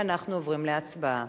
ואנחנו עוברים להצבעה.